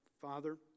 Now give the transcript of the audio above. Father